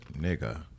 nigga